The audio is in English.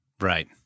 right